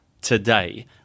today